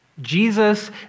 Jesus